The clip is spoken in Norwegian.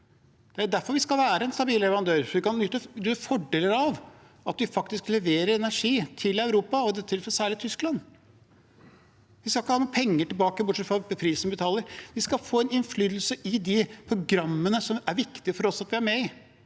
Det er derfor vi skal være en stabil leverandør: fordi vi kan nyte fordeler av at vi faktisk leverer energi til Europa, og i dette tilfellet særlig til Tyskland. Vi skal ikke ha noe penger tilbake, bortsett fra prisen vi betaler. Vi skal få innflytelse i de programmene som det er viktig for oss at vi er med i.